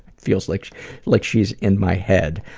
feels like like she's in my head.